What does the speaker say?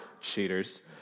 Cheaters